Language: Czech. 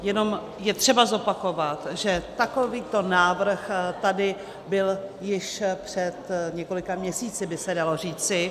Jenom je třeba zopakovat, že takovýto návrh tady byl již před několika měsíci, by se dalo říci.